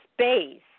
space